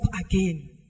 again